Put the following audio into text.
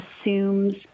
assumes